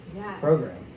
program